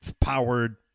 powered